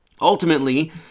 Ultimately